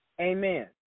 Amen